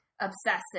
obsessive